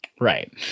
Right